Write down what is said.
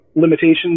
limitations